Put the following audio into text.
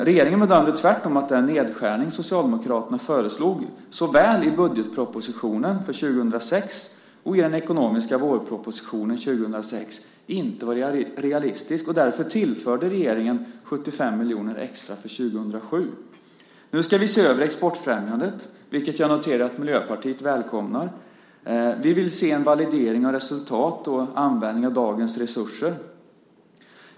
Regeringen bedömde tvärtom att den nedskärning som Socialdemokraterna föreslog såväl i budgetpropositionen för 2006 som i den ekonomiska vårpropositionen 2006 inte var realistisk. Därför tillförde regeringen 75 miljoner extra för 2007. Nu ska vi se över exportfrämjandet, vilket jag noterar att Miljöpartiet välkomnar. Vi vill se en validering av resultat och en användning av dagens resurser.